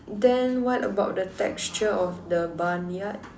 then what about the texture of the barnyard